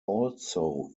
also